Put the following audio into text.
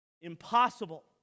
impossible